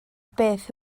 beth